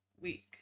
week